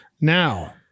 Now